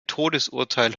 todesurteil